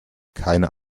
keine